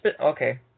okay